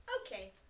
Okay